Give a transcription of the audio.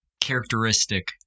characteristic